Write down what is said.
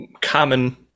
common